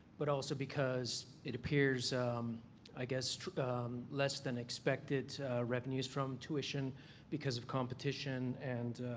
but also because it appears i guess less than expected revenues from tuition because of competition and